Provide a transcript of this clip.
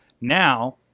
now